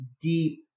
deep